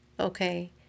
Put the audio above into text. okay